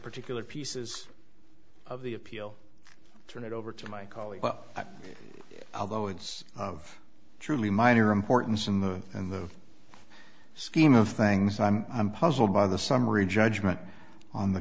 particular pieces of the appeal turn it over to my colleague well although it's of truly minor importance in the in the scheme of things i'm i'm puzzled by the summary judgment on the